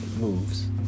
moves